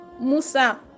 Musa